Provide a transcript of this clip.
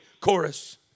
Chorus